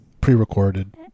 pre-recorded